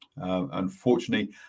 Unfortunately